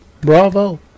bravo